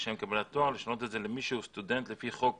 לשם קבלת תואר' לשנות את זה למי שהוא סטודנט לפי חוק